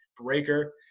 Breaker